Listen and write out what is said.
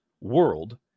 world